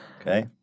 Okay